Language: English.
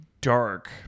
dark